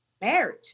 marriage